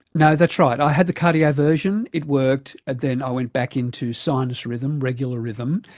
no, that's right, i had the cardioversion, it worked, then i went back into sinus rhythm, regular rhythm,